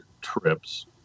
trips